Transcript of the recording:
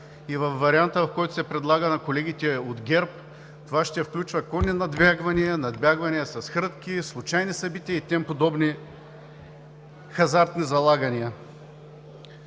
Във варианта, който се предлага – на колегите от ГЕРБ, се включват конни надбягвания, надбягвания с хрътки, случайни събития и тем подобни хазартни залагания.